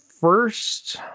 first